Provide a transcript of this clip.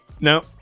No